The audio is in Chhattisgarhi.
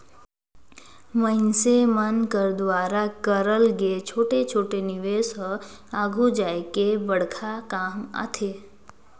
मइनसे मन कर दुवारा करल गे छोटे छोटे निवेस हर आघु जाए के बड़खा काम आथे